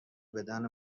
بدن